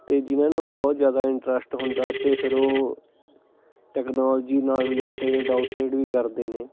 ਅਤੇ ਜਿਨ੍ਹਾਂ ਨੂੰ ਬਹੁਤ ਜ਼ਿਆਦਾ ਇੰਟ੍ਰਸਟ ਹੁੰਦਾ ਅਤੇ ਫਿਰ ਉਹ ਟੈਕਨੋਲਜੀ ਨਾਲ ਰਿਲੇਟਡ ਡੋਕਟਡ ਵੀ ਕਰਦੇ ਨੇ